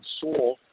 saw